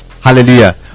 Hallelujah